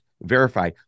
verify